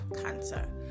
cancer